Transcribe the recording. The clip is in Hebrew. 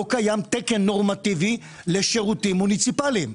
לא קיים תקן נורמטיבי לשירותים מוניציפאליים.